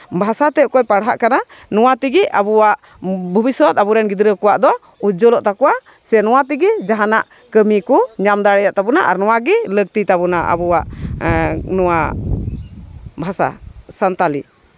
ᱵᱷᱟᱥᱟᱛᱮ ᱚᱠᱚᱭ ᱯᱟᱲᱦᱟᱜ ᱠᱟᱱᱟ ᱱᱚᱣᱟ ᱛᱮᱜᱮ ᱟᱵᱚᱣᱟᱜ ᱵᱷᱚᱵᱤᱥᱥᱚᱛ ᱟᱵᱚ ᱨᱮᱱ ᱜᱤᱫᱽᱨᱟ ᱠᱚᱣᱟᱜ ᱫᱚ ᱩᱡᱽᱡᱚᱞᱚᱜ ᱛᱟᱠᱚᱣᱟ ᱥᱮ ᱱᱚᱣᱟ ᱛᱮᱜᱮ ᱡᱟᱦᱟᱱᱟᱜ ᱠᱟᱹᱢᱤ ᱠᱚ ᱧᱟᱢ ᱫᱟᱲᱮᱭᱟᱜ ᱛᱟᱵᱳᱱᱟ ᱟᱨ ᱱᱚᱣᱟᱜᱮ ᱞᱟᱹᱠᱛᱤ ᱛᱟᱵᱚᱱᱟ ᱟᱵᱚᱣᱟᱜ ᱱᱚᱣᱟ ᱵᱷᱟᱥᱟ ᱥᱟᱱᱛᱟᱲᱤ